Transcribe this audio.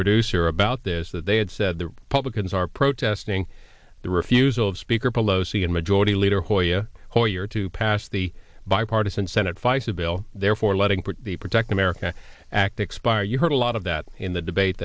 producer about this that they had said the republicans are protesting the refusal of speaker pelosi and majority leader hoyer a whole year to pass the bipartisan senate fice a bill therefore letting the protect america act expire you heard a lot of that in the debate